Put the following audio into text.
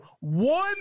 one